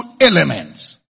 elements